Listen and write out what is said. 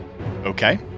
Okay